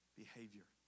behavior